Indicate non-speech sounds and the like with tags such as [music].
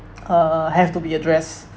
[noise] uh have to be addressed